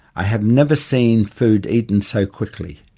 i have never seen food eaten so quickly.